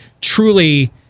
truly